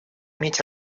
иметь